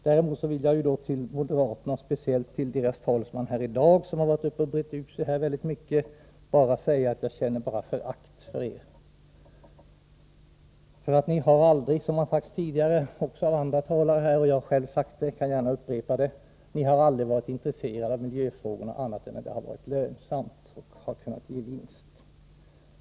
Däremot vill jag säga till moderaterna, speciellt till deras talesman här i dag som brett ut sig väldigt mycket, att jag känner bara förakt för er. Som det har sagts av andra talare — jag har själv sagt det tidigare och kan gärna upprepa det — har moderaterna aldrig varit intresserade av miljöfrågorna annat än när det har varit lönsamt och kunnat ge vinst.